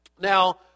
Now